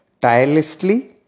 tirelessly